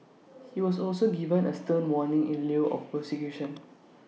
he was also given A stern warning in lieu of prosecution